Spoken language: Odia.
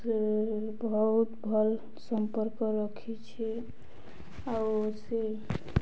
ସେ ବହୁତ ଭଲ୍ ସମ୍ପର୍କ ରଖିଛି ଆଉ ସେ